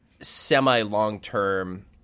semi-long-term